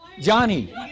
Johnny